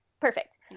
Perfect